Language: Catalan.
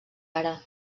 ara